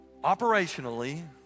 Operationally